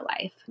life